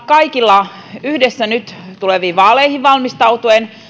kaikilla on yhdessä nyt tuleviin vaaleihin valmistautuessamme